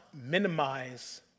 minimize